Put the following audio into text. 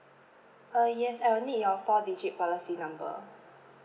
uh yes I will need your four digit policy number